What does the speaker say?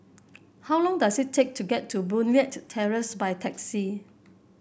how long does it take to get to Boon Leat Terrace by taxi